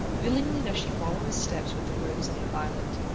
willingly does she follow his steps with the rose and the violet,